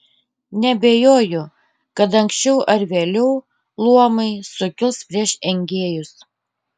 neabejoju kad anksčiau ar vėliau luomai sukils prieš engėjus